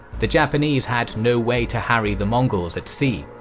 the japanese had no way to harry the mongols at sea.